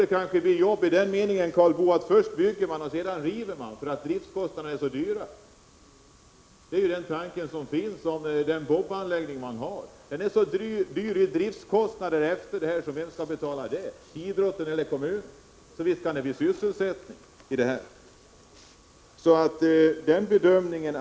Det kanske blir jobb, Karl Boo, i den meningen att först bygger man och sedan river man, eftersom driftskostnaderna är så höga. Det är ju den tanke som finns i fråga om bob-anläggningen. Vem skall betala driftskostnaderna för den när spelen är över — idrotten eller kommunen? Men visst kan det bli sysselsättning.